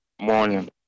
morning